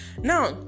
Now